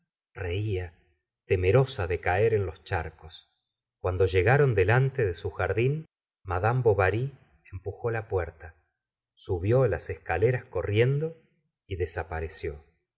reía temerosa de caer en los charcos cuando llegaron delante de su jardín madame la señora de bovary bovary empujó la puerta subió las escaleras corriendo y desapareció